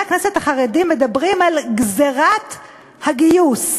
הכנסת החרדים מדברים על "גזירת הגיוס".